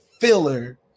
filler